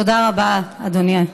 תודה רבה, אדוני.